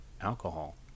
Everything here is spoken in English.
alcohol